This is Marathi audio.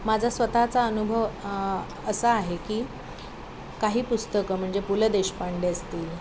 माझा स्वतःचा अनुभव असा आहे की काही पुस्तकं म्हणजे पु ल देशपांडे असतील